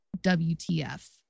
WTF